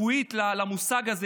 רק על הארנק.